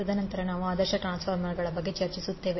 ತದನಂತರ ನಾವು ಆದರ್ಶ ಟ್ರಾನ್ಸ್ಫಾರ್ಮರ್ ಬಗ್ಗೆ ಚರ್ಚಿಸುತ್ತೇವೆ